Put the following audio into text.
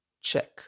check